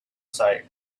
side